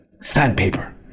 sandpaper